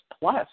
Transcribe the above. plus